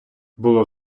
було